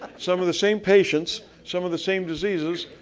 some of the same patients, some of the same diseases,